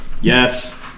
Yes